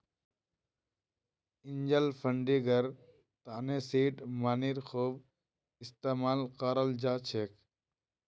angel फंडिंगर तने seed मनीर खूब इस्तमाल कराल जा छेक